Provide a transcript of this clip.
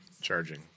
Charging